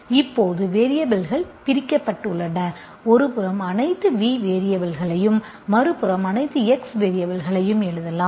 இப்போது வேரியபல்கள் பிரிக்கப்பட்டுள்ளன ஒரு புறம் அனைத்து V வேரியபல்களையும் மறுபுறம் அனைத்து x வேரியபல்களையும் எழுதலாம்